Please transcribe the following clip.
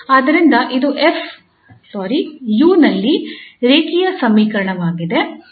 ಆದ್ದರಿಂದ ಇದು 𝑢 ನಲ್ಲಿ ರೇಖೀಯ ಸಮೀಕರಣವಾಗಿದೆ